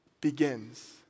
begins